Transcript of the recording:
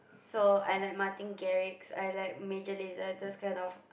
so I like Martin-Garrix I like Major-Laser those kind of